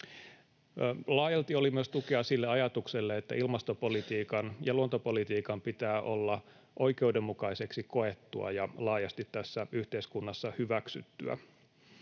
Laajalti oli myös tukea sille ajatukselle, että ilmastopolitiikan ja luontopolitiikan pitää olla oikeudenmukaiseksi koettua ja laajasti tässä yhteiskunnassa hyväksyttyä.